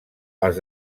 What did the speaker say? els